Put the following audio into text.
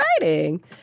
writing